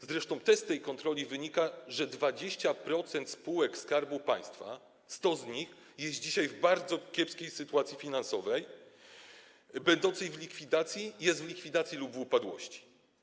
Zresztą też z tej kontroli wynika, że 20% spółek Skarbu Państwa, 100 z nich, jest dzisiaj w bardzo kiepskiej sytuacji finansowej, jest w likwidacji lub w upadłości.